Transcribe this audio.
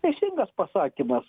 teisingas pasakymas